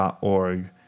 org